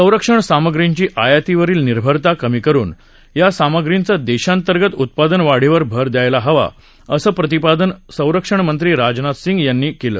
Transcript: संरक्षण सामग्रींची आयातीवरील निर्भरता कमी करून या सामग्रींचं देशांतर्गत उत्पादन वाढीवर भर द्यायला हवा असं प्रतिपादन संरक्षण मंत्री राजनाथ सिंग यांनी केलं